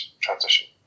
transition